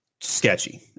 sketchy